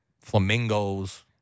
flamingos